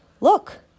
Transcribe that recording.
Look